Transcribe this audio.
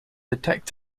detect